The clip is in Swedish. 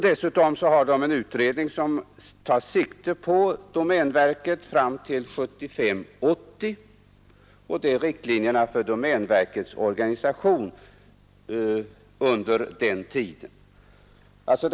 Dessutom har man en utredning, DV 75—80, som tar sikte på riktlinjerna för domänverkets organisation fram till 1975—1980.